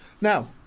Now